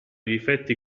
difetti